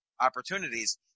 opportunities